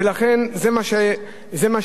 ולכן זה מה שקורה,